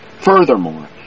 Furthermore